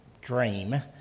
dream